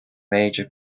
major